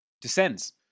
descends